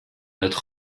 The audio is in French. notre